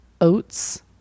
Oats